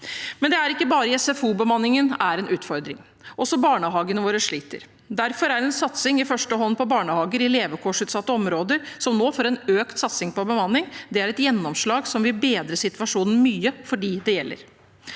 leken. Det er ikke bare i SFO at bemanningen er en utfordring. Også barnehagene våre sliter. Derfor er det i første hånd barnehager i levekårsutsatte områder som nå får en økt satsing på bemanning. Det er et gjennomslag som vil bedre situasjonen mye for dem det gjelder.